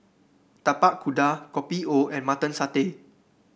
Tapak Kuda Kopi O and Mutton Satay